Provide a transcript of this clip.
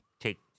take